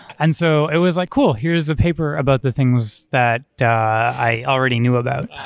and so it was like, cool! here's a paper about the things that i already knew about,